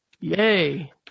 Yay